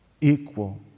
Equal